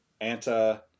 Anta